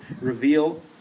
reveal